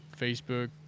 Facebook